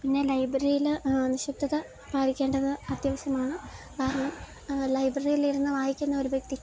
പിന്നെ ലൈബ്രറിയില് നിശ്ശബ്ദത പാലിക്കേണ്ടത് അത്യാവശ്യമാണ് കാരണം ലൈബ്രറിയിലിരുന്ന് വായിക്കുന്നൊരു വ്യക്തിക്ക്